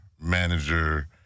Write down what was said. manager